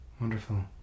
Wonderful